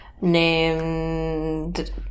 named